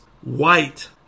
white